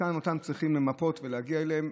ואותם צריכים למפות ולהגיע אליהם.